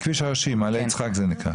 מעלה יצחק זה הכביש הראשי.